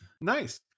Nice